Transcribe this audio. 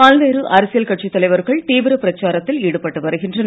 பல்வேறு அரசியல் கட்சித் தலைவர்கள் தீவிர பிரச்சாரத்தில் ஈடுபட்டு வருகின்றனர்